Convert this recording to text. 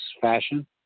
fashion